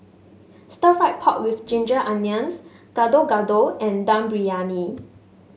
Stir Fried Pork with Ginger Onions Gado Gado and Dum Briyani